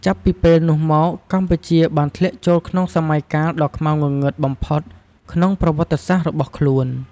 ចាប់ពីពេលនោះមក កម្ពុជាបានធ្លាក់ចូលក្នុងសម័យកាលដ៏ខ្មៅងងឹតបំផុតក្នុងប្រវត្តិសាស្ត្ររបស់ខ្លួន។